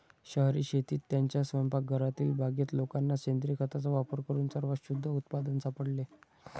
शहरी शेतीत, त्यांच्या स्वयंपाकघरातील बागेत लोकांना सेंद्रिय खताचा वापर करून सर्वात शुद्ध उत्पादन सापडते